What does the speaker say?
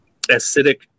acidic